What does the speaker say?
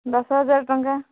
ଦଶହଜାର ଟଙ୍କା